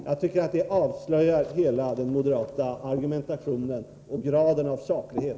Jag tycker att detta avslöjar hela den moderata argumentationen och graden av saklighet.